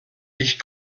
ich